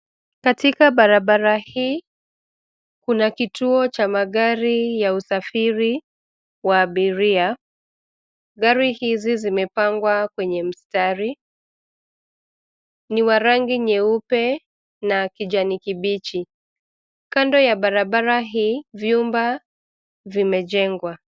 Katika barabara hii, kuna kituo cha magari ya usafiri wa abiria. Gari hizi zimepangwa kwenye mstari. Ni wa rangi nyeupe, na kijani kibichi. Kando ya barabara hii, vyumba vimejengwa.